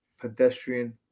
pedestrian